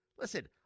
Listen